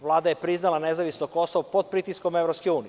Vlada je priznala nezavisno Kosovo pod pritiskom EU.